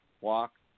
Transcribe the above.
walk